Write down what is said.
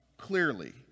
clearly